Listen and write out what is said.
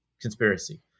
conspiracy